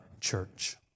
church